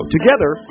Together